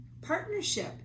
partnership